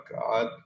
God